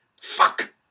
fuck